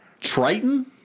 Triton